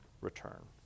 return